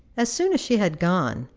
as soon as she had gone,